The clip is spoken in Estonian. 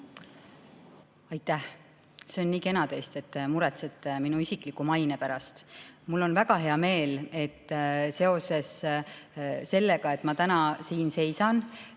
Aitäh! See on nii kena teist, et te muretsete minu isikliku maine pärast. Mul on väga hea meel, et seoses sellega, et ma täna siin seisan,